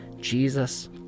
jesus